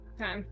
Okay